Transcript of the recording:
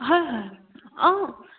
হয় হয় অঁ